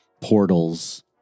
portals